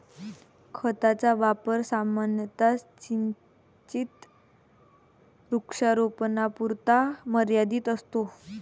खताचा वापर सामान्यतः सिंचित वृक्षारोपणापुरता मर्यादित असतो